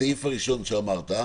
בסעיף הראשון שאמרת,